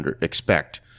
expect